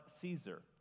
Caesar